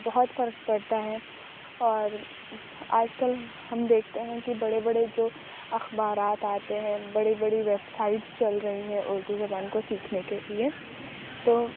بہت فرق پڑتا ہے اور آج کل ہم دیکھتے ہیں کہ بڑے بڑے جو اخبارات آتے ہیں بڑی بڑی ویب سائٹس چل رہی ہیں اردو زبان کو سیکھنے کے لیے تو